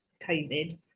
COVID